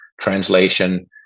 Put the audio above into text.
translation